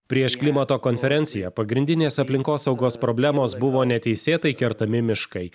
prieš klimato konferenciją pagrindinės aplinkosaugos problemos buvo neteisėtai kertami miškai